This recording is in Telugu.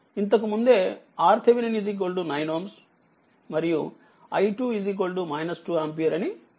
ఇంతకు ముందే RThevenin 9 Ω మరియుi2 2 ఆంపియర్ అని మీకు చెప్పాను